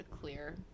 clear